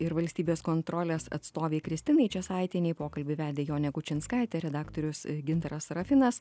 ir valstybės kontrolės atstovei kristinai česaitienei pokalbį vedė jonė kučinskaitė redaktorius gintaras rafinas